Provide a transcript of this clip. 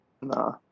Nah